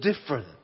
different